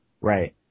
right